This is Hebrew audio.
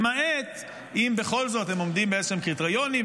למעט אם בכל זאת הם עומדים באיזשהם קריטריונים,